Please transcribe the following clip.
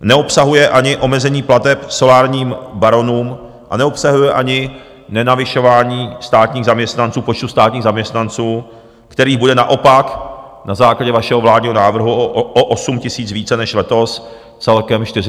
neobsahuje ani omezení plateb solárním baronům a neobsahuje ani nenavyšování státních zaměstnanců, počtu státních zaměstnanců, kterých bude naopak na základě vašeho vládního návrhu o 8 000 více než letos, celkem 492 000.